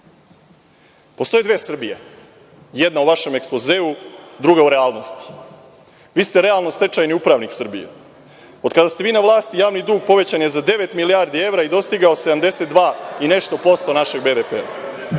Vučiću? Postoje dve Srbije. Jedna u vašem ekspozeu, druga u realnosti. Vi ste realno stečajni upravnik Srbije. Od kada ste vi na vlasti, javni dug povećan je za devet milijardi evra i dostigao 72 i nešto posto našeg